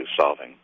solving